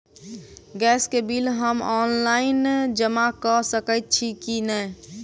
Gas केँ bill हम online जमा कऽ सकैत छी की नै?